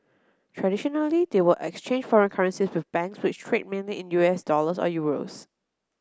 traditionally they would exchange foreign currencies with banks which trade mainly in U S dollars or euros